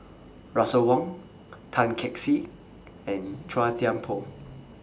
Russel Wong Tan Kee Sek and Chua Thian Poh